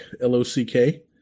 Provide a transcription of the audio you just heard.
L-O-C-K